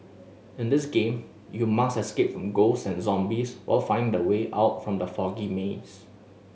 in this game you must escape from ghost and zombies while finding the way out from the foggy maze